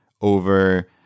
over